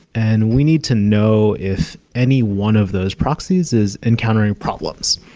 and we need to know if any one of those proxies is encountering problems.